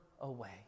away